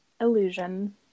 Illusion